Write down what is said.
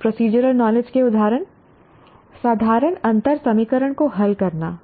procedural knowledge के उदाहरण साधारण अंतर समीकरण को हल करना